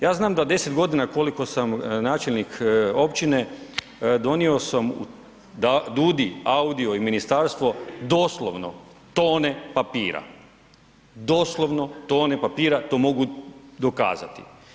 Ja znam da 10 godina koliko sam načelnik općine donio sam u DUUDI, AUDI-o i ministarstvo doslovno tone papira, doslovno tone papira, tom mogu dokazati.